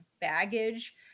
baggage